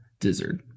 Dizzard